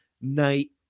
night